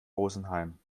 rosenheim